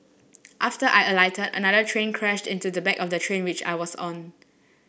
after I alighted another train crashed into the back of the train which I was on